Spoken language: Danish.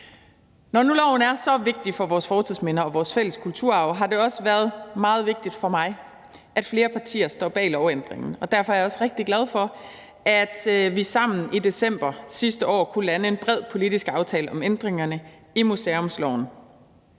Når nu loven er så vigtig for vores fortidsminder og vores fælles kulturarv, har det også været meget vigtigt for mig, at flere partier står bag lovændringen, og derfor er jeg også rigtig glad for, at vi sammen i december sidste år kunne lande en bred politisk aftale om ændringerne i museumsloven.